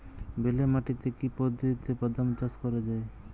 বেলে মাটিতে কি পদ্ধতিতে বাদাম চাষ করা যায়?